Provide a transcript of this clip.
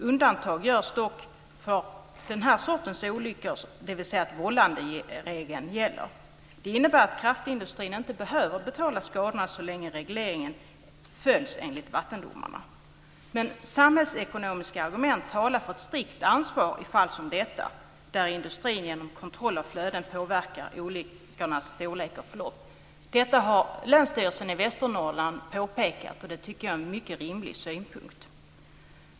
Undantag görs dock för den här sortens olyckor, där vållanderegeln gäller. Det innebär att kraftindustrin inte behöver betala skadorna så länge regleringen fullföljs enligt vattendomarna. Samhällsekonomiska argument talar dock för ett strikt ansvar i fall som detta, där industrin genom kontroll av flöden påverkar olyckornas storlek och förlopp. Detta har länsstyrelsen i Västernorrland påpekat, och jag tycker att det är en mycket rimlig synpunkt.